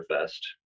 Fest